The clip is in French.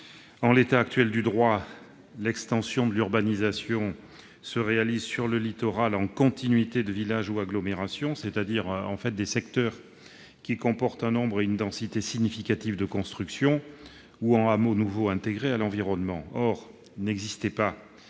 En l'état actuel du droit, l'extension de l'urbanisation se réalise sur le littoral soit en continuité de village ou d'agglomération, c'est-à-dire en continuité de secteurs présentant un nombre et une densité significative de constructions, soit dans un hameau nouveau intégré à l'environnement. Or il n'existe pas